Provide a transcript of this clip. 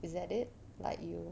is that it like you